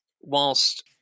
whilst